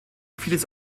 vieles